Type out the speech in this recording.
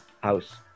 House